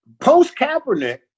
post-Kaepernick